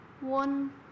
One